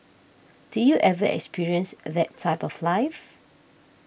did you ever experience that type of life